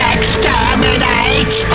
Exterminate